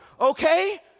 Okay